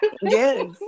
Yes